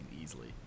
easily